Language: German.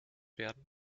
werden